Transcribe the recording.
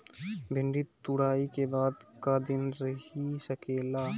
भिन्डी तुड़ायी के बाद क दिन रही सकेला?